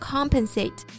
Compensate